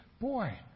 Boy